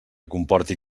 comporti